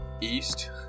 east